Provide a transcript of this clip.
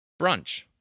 brunch